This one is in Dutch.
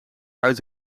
uit